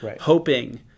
hoping –